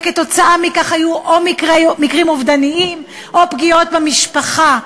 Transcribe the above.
וכתוצאה מכך היו מקרים אובדניים או פגיעות במשפחה?